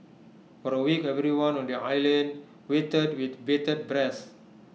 for A week everyone on the island waited with bated breath